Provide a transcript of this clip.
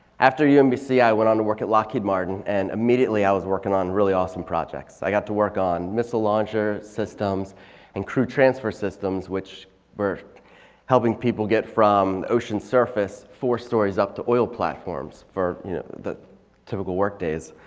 after umbc i went on to work at lockheed martin and immediately i was working on really awesome projects. i got to work on missile launcher systems and crude transfer systems. which were helping people get from ocean surface, four stories up to oil platforms for the typical work days.